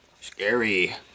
Scary